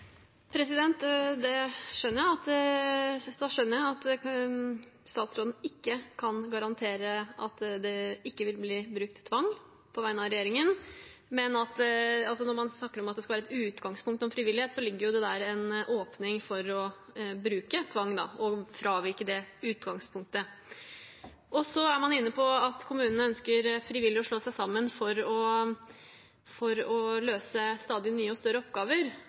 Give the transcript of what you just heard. Da skjønner jeg at statsråden ikke kan garantere at det ikke vil bli brukt tvang på vegne av regjeringen. Men når man snakker om at frivillighet skal være et utgangspunkt, ligger det jo der en åpning for å bruke tvang og fravike det utgangspunktet. Så er man inne på at kommunene ønsker frivillig å slå seg sammen for å løse stadig nye og større oppgaver,